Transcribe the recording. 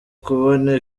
kubona